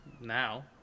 now